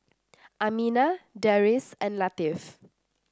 Aminah Deris and Latif